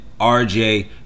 RJ